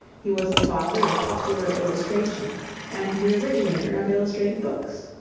he was the father of popular illustration and the originator of illustrated books.